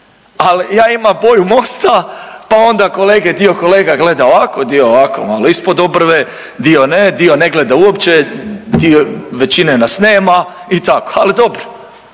Al ja imam boju MOST-a pa onda kolege, dio kolega gleda ovako, dio ovako malo ispod obrve, dio ne, dio ne gleda uopće, dio, većine nas nema i tako, ali dobro